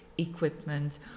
Equipment